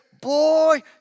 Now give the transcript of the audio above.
boy